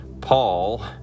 Paul